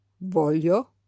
Voglio